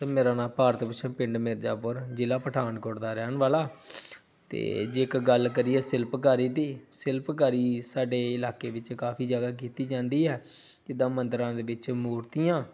sir ਮੇਰਾ ਨਾਮ ਭਾਰਤ ਵਿਸ਼ਵ ਪਿੰਡ ਮਿਰਜਾਪੁਰ ਜ਼ਿਲ੍ਹਾ ਪਠਾਨਕੋਟ ਦਾ ਰਹਿਣ ਵਾਲਾ ਅਤੇ ਜੇਕਰ ਗੱਲ ਕਰੀਏ ਸ਼ਿਲਪਕਾਰੀ ਦੀ ਸ਼ਿਲਪਕਾਰੀ ਸਾਡੇ ਇਲਾਕੇ ਵਿੱਚ ਕਾਫੀ ਜ਼ਿਆਦਾ ਕੀਤੀ ਜਾਂਦੀ ਹੈ ਜਿੱਦਾਂ ਮੰਦਰਾਂ ਦੇ ਵਿੱਚ ਮੂਰਤੀਆਂ